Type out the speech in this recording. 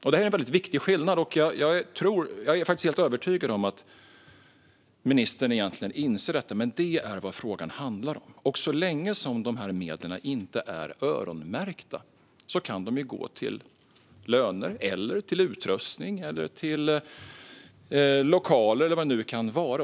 Detta är en viktig skillnad, och jag är helt övertygad om att ministern egentligen inser detta. Det är vad frågan handlar om. Så länge som medlen inte är öronmärkta kan de gå till löner eller till utrustning, lokaler eller vad det nu kan vara.